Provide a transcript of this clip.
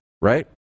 right